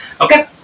Okay